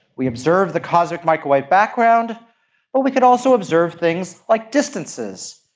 we observe the cosmic microwave background or we could also observe things like distances,